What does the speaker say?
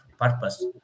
purpose